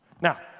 Now